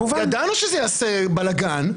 ידענו שזה יעשה בלגן,